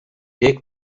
wiek